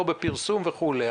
לא בפרסום וכולי.